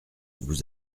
vous